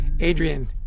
Adrian